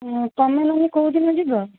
ତମେ ନାନୀ କେଉଁ ଦିନ ଯିବ